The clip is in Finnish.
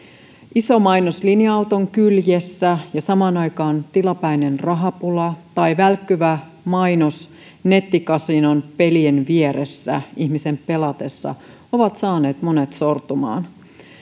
iso mainos linja auton kyljessä ja samaan aikaan tilapäinen rahapula tai välkkyvä mainos nettikasinon pelien vieressä ihmisen pelatessa ovat saaneet monet sortumaan